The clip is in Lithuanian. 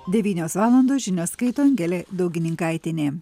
devynios valandos žinias skaito angelė daugininkaitienė